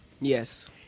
Yes